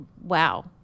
wow